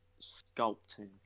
sculpting